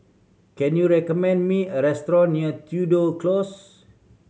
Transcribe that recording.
can you recommend me a restaurant near Tudor Close